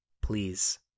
Please